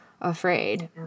afraid